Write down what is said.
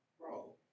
Bro